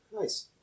nice